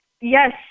yes